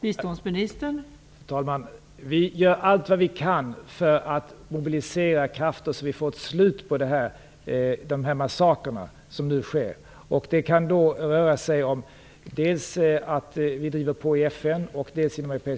Fru talman! Vi gör allt vad vi kan för att mobilisera krafter för att få ett slut på de massakrer som nu sker. Det kan ske genom att vi driver på i FN och i